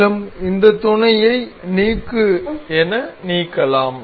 மேலும் இந்த துணையை நீக்கு என நீக்கலாம்